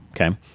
okay